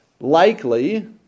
likely